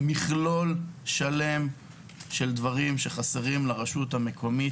זה מכלול שלם של כלים שחסרים לרשות המקומית.